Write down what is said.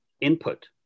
input